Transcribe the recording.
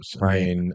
Right